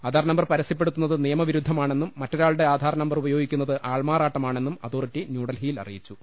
Aadhaar number പരസ്യപ്പെടുത്തുന്നത് നിയമ വിരുദ്ധമാണെന്നും മറ്റൊരാളുടെ ആധാർ നമ്പർ ഉപയോഗിക്കുന്നത് ആൾമാറാട്ടമാ ണെന്നും അതോറിറ്റി ന്യൂഡൽഹിയിൽ അറിയിച്ചു